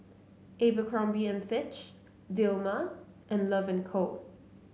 Abercrombie and Fitch Dilmah and Love and Co